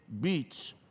beats